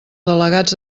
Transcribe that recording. delegats